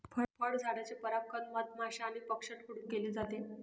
फळझाडांचे परागण मधमाश्या आणि पक्ष्यांकडून केले जाते